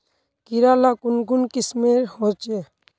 कीड़ा ला कुन कुन किस्मेर होचए?